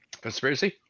conspiracy